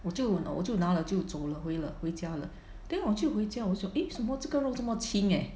我就 you know 我就拿了就走了回了回家了 then 我就回家我说 eh 为什么这个肉怎么轻 leh